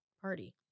party